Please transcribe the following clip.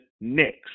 next